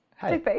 Hey